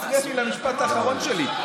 הוא הפריע לי למשפט האחרון שלי,